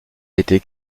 été